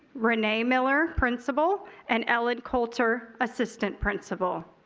renee miller principal and ellen colter, assistant principal.